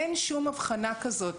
אין שום הבחנה כזאת,